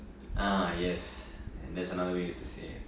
ah yes and that's another way to say it